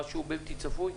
משהו בלתי צפוי,